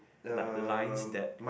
like the lines that